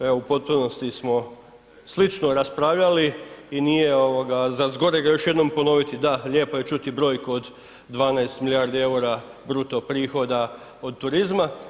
Kolega, evo u potpunosti smo slično raspravljali i nije za zgorega još jednom ponoviti, da lijepo je čuti brojku od 12 milijardi EUR-a bruto prihoda od turizma.